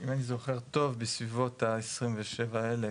אם אני זוכר טוב, בסביבות ה-27 אלף,